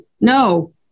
no